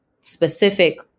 specific